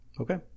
Okay